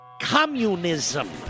communism